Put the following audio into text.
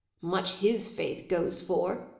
much his faith goes for!